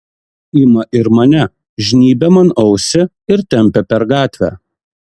ima ir mane žnybia man ausį ir tempia per gatvę